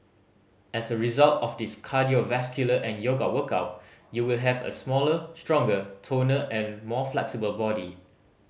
as a result of this cardiovascular and yoga workout you will have a slimmer stronger toner and more flexible body